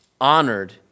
honored